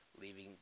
leaving